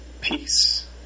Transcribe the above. Peace